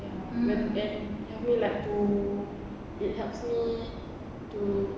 ya and and make you like oh it helps me to